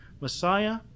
Messiah